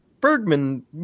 Bergman